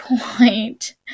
point